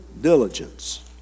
diligence